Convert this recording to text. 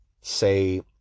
say